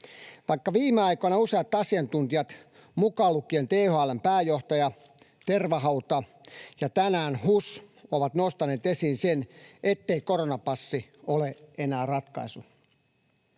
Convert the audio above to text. vaikka viime aikoina useat asiantuntijat, mukaan lukien THL:n pääjohtaja Tervahauta ja tänään HUS, ovat nostaneet esiin sen, ettei koronapassi ole enää ratkaisu.